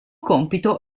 compito